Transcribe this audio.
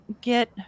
Get